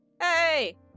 hey